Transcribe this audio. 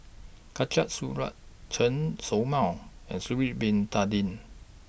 Khatijah Surattee Chen Show Mao and Sha'Ari Bin Tadin